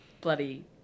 bloody